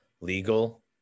legal